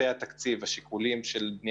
פרטי התקציב והשיקולים שהובילו